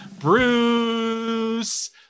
Bruce